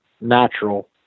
natural